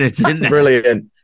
Brilliant